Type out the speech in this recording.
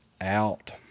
out